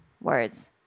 words